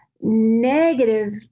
negative